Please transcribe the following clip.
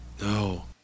No